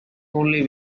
only